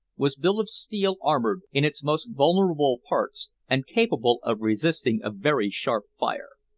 was built of steel, armored in its most vulnerable parts, and capable of resisting a very sharp fire.